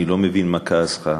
אני לא מבין מה כעסך,